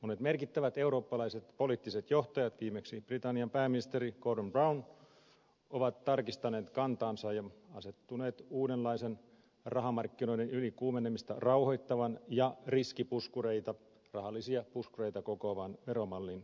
monet merkittävät eurooppalaiset poliittiset johtajat viimeksi britannian pääministeri gordon brown ovat tarkistaneet kantaansa ja asettuneet uudenlaisen rahamarkkinoiden ylikuumenemista rauhoittavan ja riskipuskureita rahallisia puskureita kokoavan veromallin kannalle